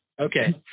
Okay